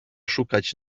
szukać